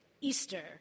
Easter